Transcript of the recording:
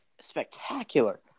spectacular